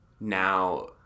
now